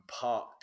park